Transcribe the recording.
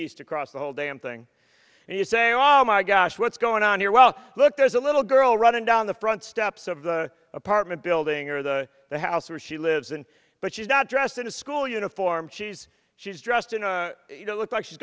east across the whole damn thing and you say all my gosh what's going on here well look there's a little girl running down the front steps of the apartment building or the the house where she lives and but she's not dressed in a school uniform she's she's dressed in a you know looks like she's